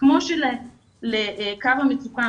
כמו שלקו המצוקה,